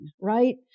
right